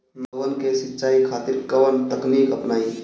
मकई के सिंचाई खातिर कवन तकनीक अपनाई?